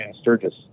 Sturgis